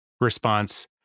response